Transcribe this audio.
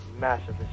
Massive